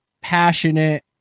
passionate